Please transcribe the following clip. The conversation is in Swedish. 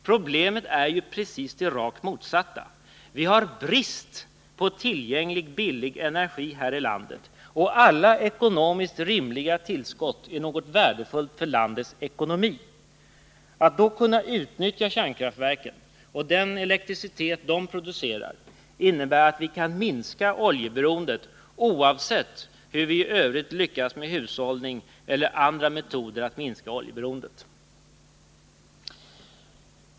Problemet är ju det rakt motsatta: Vi har brist på tillgänglig billig energi här i landet, och alla ekonomiskt rimliga tillskott är något värdefullt för landets ekonomi. Att då kunna utnyttja kärnkraftverken och den elektricitet som de producerar innebär att vi kan minska vårt oljeberoende oavsett hur vi i övrigt lyckas att med hushållning eller andra metoder spara olja.